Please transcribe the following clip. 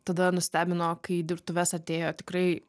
tada nustebino kai į dirbtuves atėjo tikrai